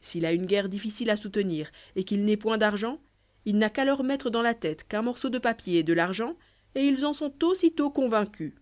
s'il a une guerre difficile à soutenir et qu'il n'ait point d'argent il n'a qu'à leur mettre dans la tête qu'un morceau de papier est de l'argent et ils en sont aussitôt convaincus